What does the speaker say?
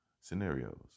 scenarios